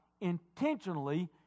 intentionally